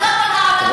את לא כל העולם.